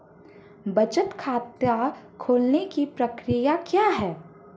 बचत खाता खोलने की प्रक्रिया क्या है?